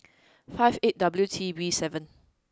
five eight W T B seven